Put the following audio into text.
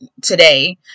today